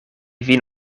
vin